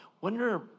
wonder